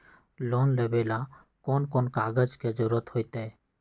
Loan लेवेला कौन कौन कागज के जरूरत होतई?